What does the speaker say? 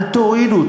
אל תורידו,